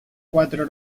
cuatro